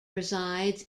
resides